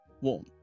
warm